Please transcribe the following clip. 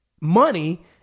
money